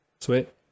sweet